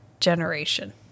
generation